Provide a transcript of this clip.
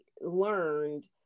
learned